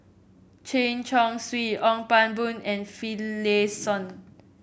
Chen Chong Swee Ong Pang Boon and Finlayson